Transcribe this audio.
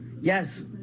yes